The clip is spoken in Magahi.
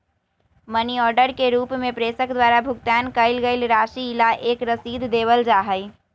मनी ऑर्डर के रूप में प्रेषक द्वारा भुगतान कइल गईल राशि ला एक रसीद देवल जा हई